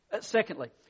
Secondly